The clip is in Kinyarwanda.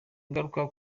ingaruka